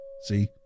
See